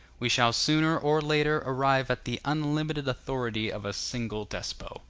we shall sooner or later arrive at the unlimited authority of a single despot.